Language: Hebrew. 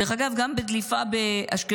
דרך אגב, גם בדליפה באשקלון,